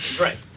Right